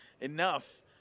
enough